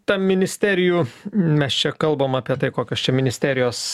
ta ministerijų mes čia kalbam apie tai kokios čia ministerijos